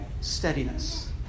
steadiness